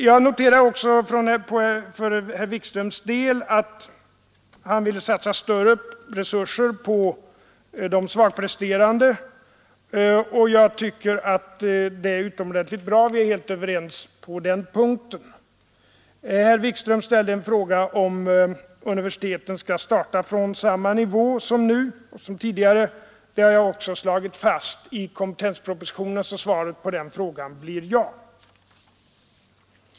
Jag noterar också för herr Wikströms del att han vill satsa större resurser på de svagpresterande, och jag tycker att det är utomordentligt bra; vi är helt överens på den punkten. Herr Wikström frågade om universiteten skall starta på samma nivå som nu och som tidigare. Det har jag också slagit fast i kompetenspropositonen, så svaret på den frågan blir ja.